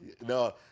no